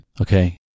okay